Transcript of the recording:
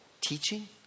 Teaching